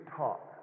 talk